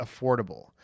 affordable